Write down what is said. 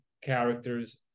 characters